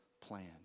plan